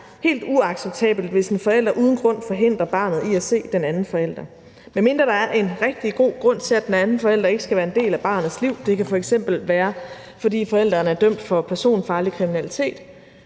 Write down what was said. helt uacceptabelt, hvis en forælder uden grund forhindrer barnet i at se den anden forælder. Medmindre der er en rigtig god grund til, at den anden forælder ikke skal være en del af barnets liv – det kan f.eks. være, fordi forælderen er dømt for personfarlig kriminalitet